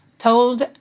told